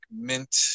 mint